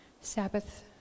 Sabbath